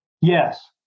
Yes